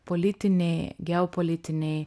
politiniai geopolitiniai